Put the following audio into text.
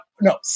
no